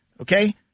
okay